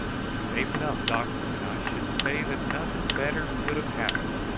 we're safe enough, doctor, and i should say that nothing better could have happened.